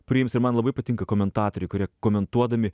priims ir man labai patinka komentatoriai kurie komentuodami